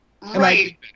Right